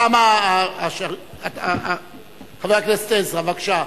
תמה, חבר הכנסת עזרא, בבקשה.